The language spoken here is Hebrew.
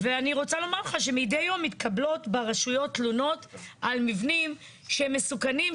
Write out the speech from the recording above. ואני רוצה לומר לך שמדי יום מתקבלות ברשויות תלונות על מבנים שמסוכנים,